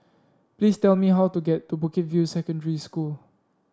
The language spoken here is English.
please tell me how to get to Bukit View Secondary School